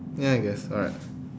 ya I guess alright